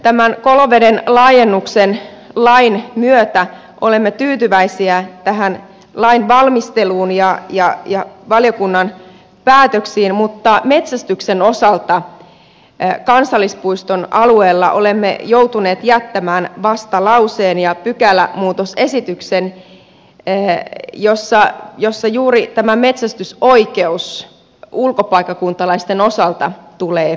tämän koloveden laajennuksen lain myötä olemme muuten tyytyväisiä tähän lainvalmisteluun ja valiokunnan päätöksiin mutta metsästyksen osalta kansallispuiston alueella olemme joutuneet jättämään vastalauseen ja pykälämuutosesityksen jossa juuri tämä metsästysoikeus ulkopaikkakuntalaisten osalta tulee näkyviin